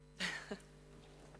עכשיו?